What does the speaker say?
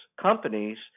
companies